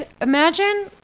Imagine